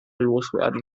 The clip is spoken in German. loswerden